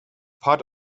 part